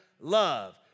love